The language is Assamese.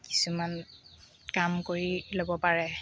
কিছুমান কাম কৰি ল'ব পাৰে